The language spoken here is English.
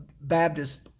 Baptist